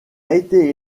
été